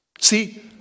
See